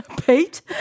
Pete